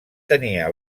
tenia